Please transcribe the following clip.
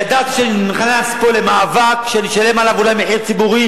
ידעתי שאני נכנס פה למאבק שאני אשלם עליו אולי מחיר ציבורי